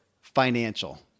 financial